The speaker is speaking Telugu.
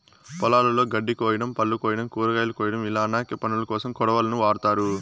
పొలాలలో గడ్డి కోయడం, పళ్ళు కోయడం, కూరగాయలు కోయడం ఇలా అనేక పనులకోసం కొడవళ్ళను వాడ్తారు